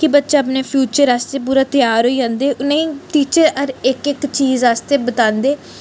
कि बच्चे अपने फ्यूचर आस्तै पूरे त्यार होई जन्दे उ'नेंगी टीचर हर इक इक चीज़ आस्तै बतांदे